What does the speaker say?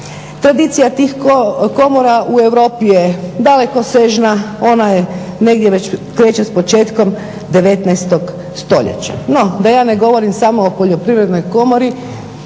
Tradicija tih komora u Europi je dalekosežna. Ona je negdje već kreće s početkom 19. stoljeća. No da je ne govorim samo o Poljoprivrednoj komori